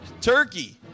turkey